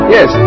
Yes